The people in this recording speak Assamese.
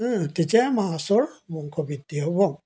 তেতিয়া মাছৰ বংশ বৃদ্ধি হ''ব